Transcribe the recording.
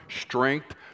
strength